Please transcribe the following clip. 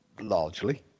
Largely